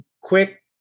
quick